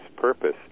purpose